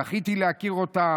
זכיתי להכיר אותם,